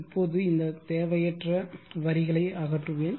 இப்போது இந்த தேவையற்ற வரிகளை அகற்றுவேன்